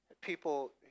people